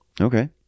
okay